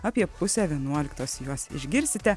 apie pusę vienuoliktos juos išgirsite